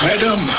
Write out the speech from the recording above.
Madam